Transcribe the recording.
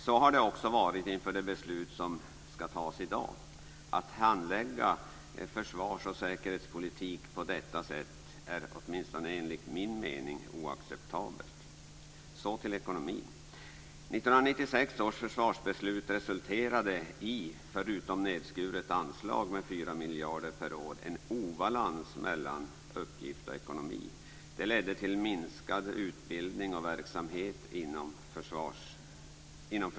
Så har det också varit inför det beslut som skall tas i dag. Att handlägga försvars och säkerhetspolitik på detta sätt är, åtminstone enligt min mening, oacceptabelt. Så till ekonomin. 1996 års försvarsbeslut resulterade förutom i nedskuret anslag med 4 miljarder kronor per år också i en obalans mellan uppgift och ekonomi. Det ledde till minskad utbildning av verksamhet inom försvaret.